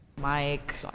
Mike